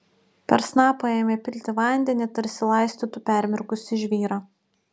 per snapą ėmė pilti vandenį tarsi laistytų permirkusį žvyrą